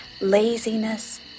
Laziness